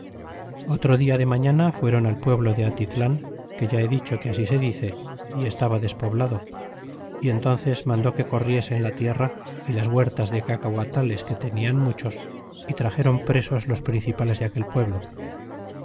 otro dia de mañana fueron al pueblo de ahílan que ya he dicho que ansi se dice y estaba despoblado y entónces mandó que corriesen la tierra é las huertas de cacaguatales que tenian muchos é traxeron presos dos principales de aquel pueblo